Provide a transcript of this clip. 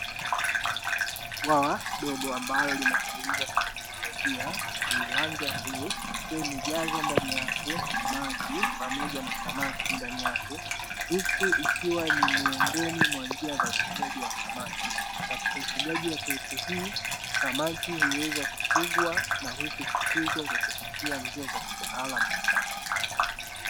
Bwawa dogo, ambalo limetengenezwa kiteknolojia, lenye rangi ya bluu, likiwa limejazwa ndani yake maji pamoja na samaki ndani yake. Huku ikiwa ni miongoni mwa njia za ufugaji wa samaki. Katika ufugaji wa taipu hii samaki huweza kufugwa na huku kukuzwa kwa kupitia njia za kitaalamu.